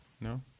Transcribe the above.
No